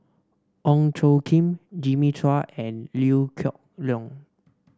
Ong Tjoe Kim Jimmy Chua and Liew Geok Leong